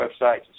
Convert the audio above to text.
websites